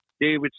David